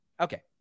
Okay